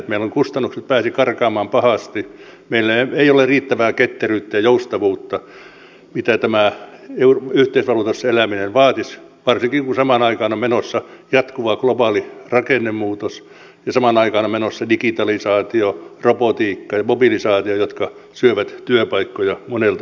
meillä ovat kustannukset päässeet karkaamaan pahasti meillä ei ole riittävää ketteryyttä ja joustavuutta mitä tämä yhteisvaluutassa eläminen vaatisi varsinkin kun samaan aikaan on menossa jatkuva globaali rakennemuutos ja digitalisaatio robotiikka ja mobilisaatio jotka syövät työpaikkoja monelta alalta